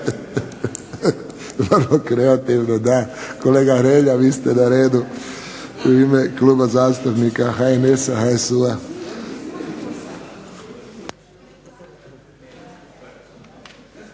Vrlo kreativno, da. Kolega Hrelja, vi ste na redu, u ime Kluba zastupnika HNS-a, HSU-a.